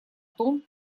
том